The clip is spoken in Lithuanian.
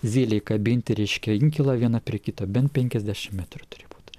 zylei kabinti reiškia inkilą vieną prie kito bent penkiasdešim metrų turi būt